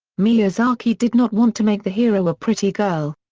miyazaki did not want to make the hero a pretty girl.